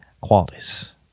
qualities